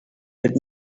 bit